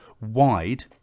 wide